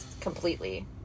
completely